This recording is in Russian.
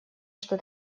что